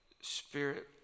Spirit